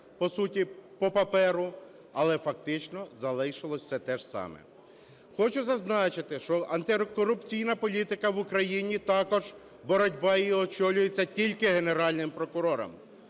по суті, по паперу, але фактично залишилось все те ж саме. Хочу зазначити, що антикорупційна політика в Україні, також боротьба, очолюється тільки Генеральним прокурором.